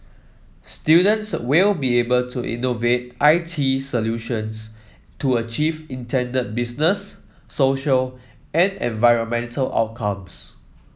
students will be able to innovate I T solutions to achieve intended business social and environmental outcomes